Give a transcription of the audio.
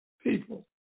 people